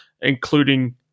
including